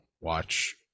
watch